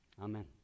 Amen